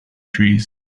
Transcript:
trees